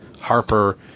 Harper